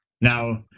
Now